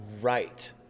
Right